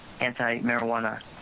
anti-marijuana